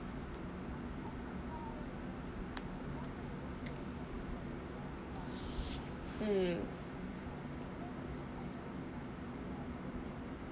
mm